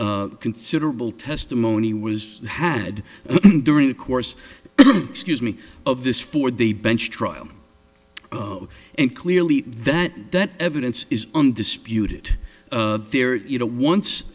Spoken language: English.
considerable testimony was had during the course excuse me of this for the bench trial and clearly that that evidence is undisputed there you know once